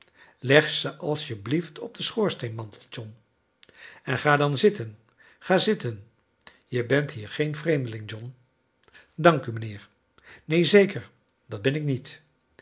leg ze asjeblieft op den schoorsteenmantel john en ga dan zitten ga zitien je bent hier geen vreemdeling john dank u mijnheer neen zeker dat ben ik niet